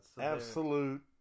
absolute